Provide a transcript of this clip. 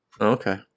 Okay